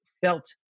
felt